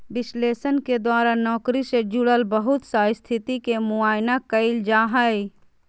विश्लेषण के द्वारा नौकरी से जुड़ल बहुत सा स्थिति के मुआयना कइल जा हइ